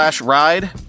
ride